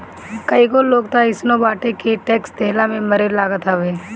कईगो लोग तअ अइसनो बाटे के टेक्स देहला में मरे लागत हवे